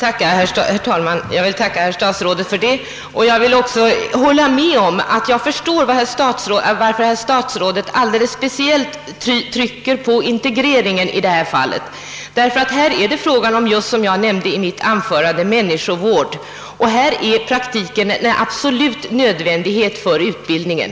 Herr talman! Jag tackar statsrådet för den upplysningen. Jag förstår varför statsrådet i detta fall alldeles speciellt trycker på integreringen. Här är det, som jag nämnde i mitt anförande, fråga om människovård och praktiken är absolut nödvändig för utbildningen.